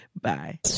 Bye